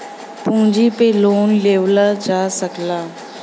पूँजी पे लोन लेवल जा सकला